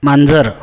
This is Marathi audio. मांजर